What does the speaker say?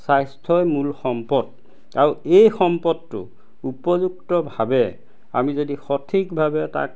স্বাস্থ্যই মূল সম্পদ আৰু এই সম্পদটো উপযুক্তভাৱে আমি যদি সঠিকভাৱে তাক